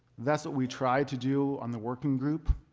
that's what we try to do on the working group.